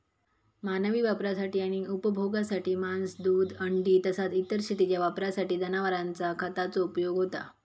मानवी वापरासाठी आणि उपभोगासाठी मांस, दूध, अंडी तसाच इतर शेतीच्या वापरासाठी जनावरांचा खताचो उपयोग होता